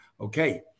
okay